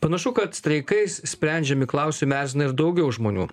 panašu kad streikais sprendžiami klausimai erzina ir daugiau žmonių